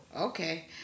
Okay